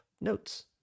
notes